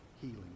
healing